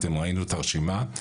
ראינו את הרשימה,